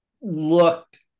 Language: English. looked